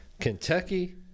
Kentucky